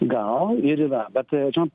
gal ir yra bet žinot